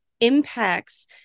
impacts